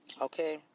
okay